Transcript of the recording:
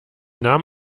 nahm